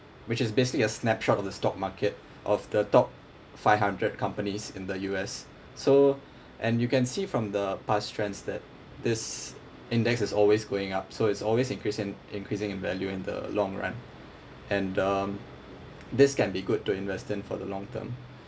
which is basically a snapshot of the stock market of the top five hundred companies in the U_S so and you can see from the past trends that this index is always going up so it's always increase in increasing in value in the long run and um this can be good to invest in for the long term